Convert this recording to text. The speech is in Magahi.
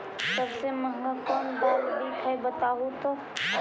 सबसे महंगा कोन दाल बिक है बताहु तो?